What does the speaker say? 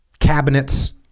Cabinets